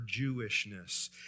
Jewishness